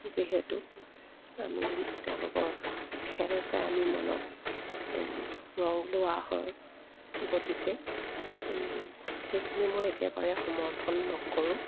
যিহেতু আমি তেওঁলোকৰ খেল চাই আমি মনত ৰং লোৱা হয় গতিকে সেইখিনি মই একেবাৰে সমৰ্থন নকৰোঁ